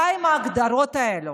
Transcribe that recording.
די עם ההגדרות האלה.